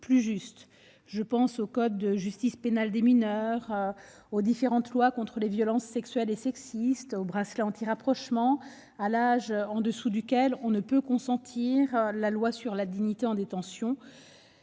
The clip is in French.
plus juste : je pense au code de la justice pénale des mineurs, aux différentes lois de lutte contre les violences sexuelles et sexistes, au bracelet anti-rapprochement, à l'âge en dessous duquel on ne peut consentir à un acte sexuel, à la loi sur la dignité en détention,